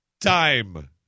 time